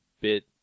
bit